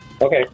Okay